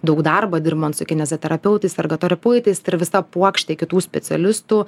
daug darbo dirbant su kineziterapeutais ergoterapiautais ir visa puokštė kitų specialistų